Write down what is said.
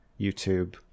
youtube